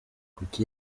kuki